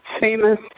famous